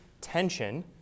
tension